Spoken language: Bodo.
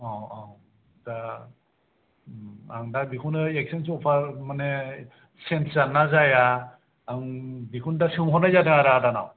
औ औ दा आं दा बेखौनो एकसेन्ज अफार माने सेन्ज जायोना जाया आं बेखौनो दा सोंहरनाय जादों आरो आदानाव